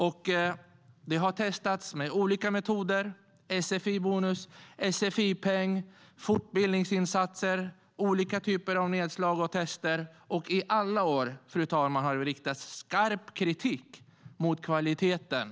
Man har testat olika metoder - sfi-bonus, sfi-peng, fortbildningsinsatser, olika typer av nedslag och tester - och i alla år, fru talman, har det riktats skarp kritik mot kvaliteten.